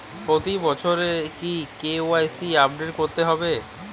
প্রতি বছরই কি কে.ওয়াই.সি আপডেট করতে হবে?